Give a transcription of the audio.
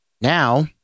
now